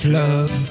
love